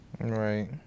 Right